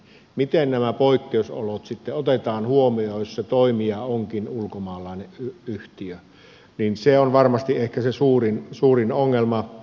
miten nämä poikkeusolot sitten otetaan huomioon jos se toimija onkin ulkomaalainen yhtiö se on varmasti ehkä se suurin ongelma